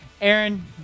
Aaron